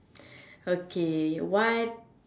okay what